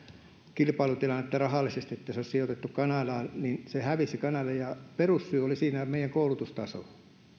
kilpailutilannetta että se olisi sijoitettu kanadaan mutta kanada hävisi ja perussyy siihen oli meidän koulutustasomme